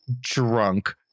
drunk